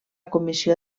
comissió